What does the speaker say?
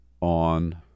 on